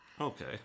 Okay